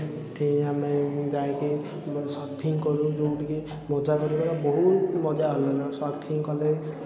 ସେଇଠି ଆମେ ଯାଇକି ଆମର ସର୍ଫିଂ କରୁ ଯେଉଁଠିକି ମଜା କରିବାର ବହୁତ ମଜା ହୁଏ ସର୍ଫିଂ କଲେ